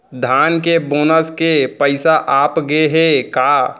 धान के बोनस के पइसा आप गे हे का?